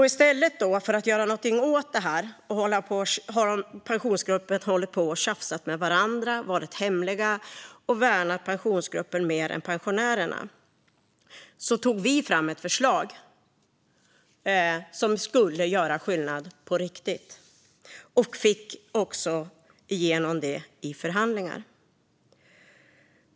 I stället för att som Pensionsgruppen tjafsa med varandra, vara hemliga och värna Pensionsgruppen mer än pensionärerna tog vi fram ett förslag som skulle göra skillnad på riktigt och fick också igenom det i förhandlingarna.